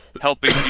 helping